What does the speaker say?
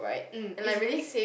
mm is really